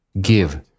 give